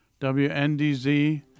WNDZ